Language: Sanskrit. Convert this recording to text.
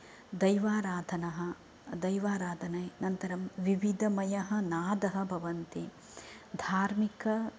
दैवराधनः दैवराधनै नन्तरं विविधमयः नादः भवन्ति धार्मिक